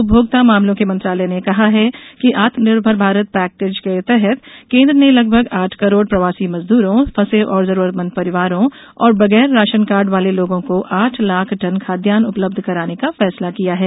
उपभोक्ता मामलों के मंत्रालय ने कहा कि आत्मनिर्भर भारत पैकेज के तहत केन्द्र ने लगभग आठ करोड़ प्रवासी मजदूरों फंसे और जरूरतमंद परिवारों और बगैर राशन कार्ड वाले लोगों को आठ लाख टन खाद्यान्न उपलब्ध कराने का फैसला किया है